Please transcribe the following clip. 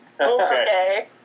okay